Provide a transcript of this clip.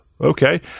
Okay